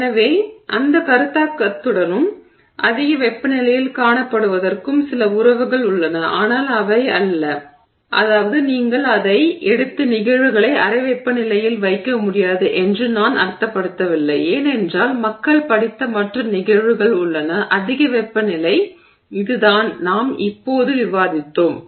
எனவே அந்த கருத்தாக்கத்துடனும் அதிக வெப்பநிலையில் காணப்படுவதற்கும் சில உறவுகள் உள்ளன ஆனால் அவை அல்ல அதாவது நீங்கள் அதை எடுத்து நிகழ்வுகளை அறை வெப்பநிலையில் வைக்க முடியாது என்று நான் அர்த்தப்படுத்தவில்லை ஏனென்றால் மக்கள் படித்த மற்ற நிகழ்வுகள் உள்ளன அதிக வெப்பநிலை இது தான் நாம் இப்போது விவாதித்தோம்